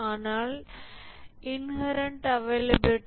ஆனால் inherent availability